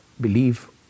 believe